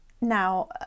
Now